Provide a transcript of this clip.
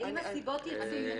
האם הסיבות יצוינו?